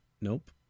Nope